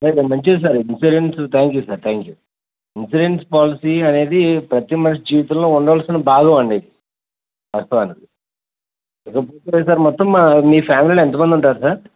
sir మంచిది sir insurance thank you sir thank you insurance policy అనేది ప్రతీ మనిషి జీవితంలో ఉండవలసిన భాగం అండి వాస్తవానికి అది మొత్తం మీ ప్యామిలీలో ఎంతమంది ఉంటారు సార్